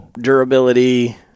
durability